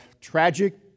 tragic